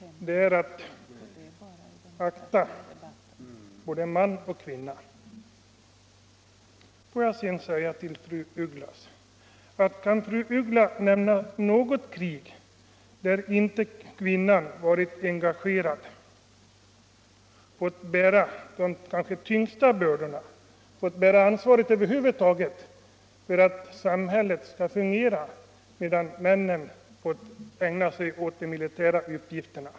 Fru talman! Det sant mänskliga är att akta både man och kvinna. Får jag sedan fråga fru af Ugglas: Kan fru af Ugglas nämna något krig där inte kvinnan varit engagerad och måst bära de kanske tyngsta bördorna, burit ansvaret över huvud taget för att samhället skulle kunna fungera, medan männen fått ägna sig åt de militära uppgifterna?